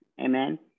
Amen